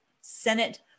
Senate